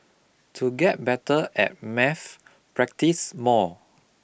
to get better at maths practise more